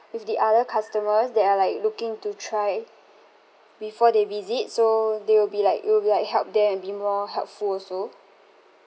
with the other customers that are like looking to try before they visit so they will be like it will be like help them and be more helpful also